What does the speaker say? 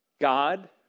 God